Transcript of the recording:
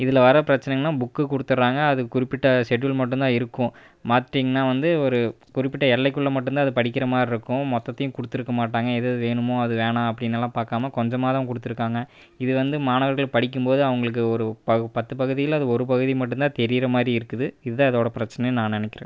இதில் வர பிரச்னைகள்லாம் புக்கு கொடுத்துட்றாங்க அதுக்கு குறிப்பிட்ட ஷெடுல் மட்டும் தான் இருக்கும் பார்த்திட்டிங்கனா வந்து ஒரு குறிப்பிட்ட எல்லைக்குள்ளே மட்டும் தான் அது படிக்கிற மாதிரி இருக்கும் மொத்தத்தையும் கொடுத்துருக்க மாட்டாங்க எதெது வேணுமோ அது வேணாம் அப்படினெல்லாம் பார்க்காம கொஞ்சமாக தான் கொடுத்துருக்காங்க இது வந்து மாணவர்கள் படிக்கும் போது அவங்களுக்கு ஒரு பத்து பகுதியில் அது ஒரு பகுதி மட்டும் தான் தெரிகிற மாதிரி இருக்குது இதுதான் இதோடய பிரச்சனைன்னு நான் நினைக்கிறேன்